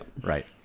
Right